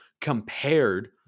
compared